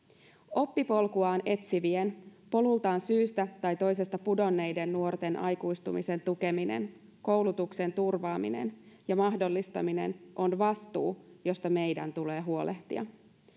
oppipolkuaan etsivien polultaan syistä tai toisesta pudonneiden nuorten aikuistumisen tukeminen koulutuksen turvaaminen ja mahdollistaminen on vastuu josta meidän tulee huolehtia